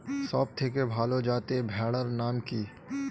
সবথেকে ভালো যাতে ভেড়ার নাম কি?